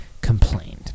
complained